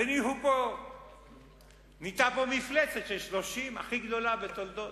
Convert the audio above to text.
ונהייתה פה מפלצת של 30, הכי גדולה בתולדות.